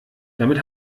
damit